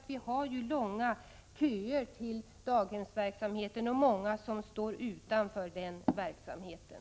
Vi har ju långa köer när det gäller daghemmen. Dessutom är det många som står utanför den verksamheten.